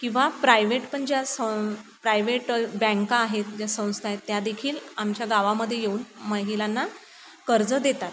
किंवा प्रायव्हेट पण ज्या सं प्रायव्हेट बँक आहेत ज्या संस्था आहेत त्यादेखील आमच्या गावामध्ये येऊन महिलांना कर्ज देतात